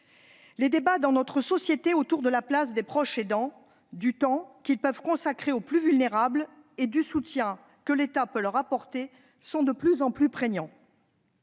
Les débats dans notre société autour de la place des proches aidants, du temps qu'ils peuvent consacrer aux plus vulnérables et du soutien que l'État peut leur apporter sont de plus en plus prégnants.